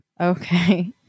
okay